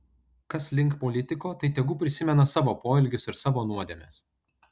kas link politiko tai tegu prisimena savo poelgius ir savo nuodėmes